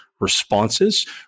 responses